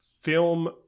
film